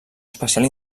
espacial